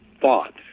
thought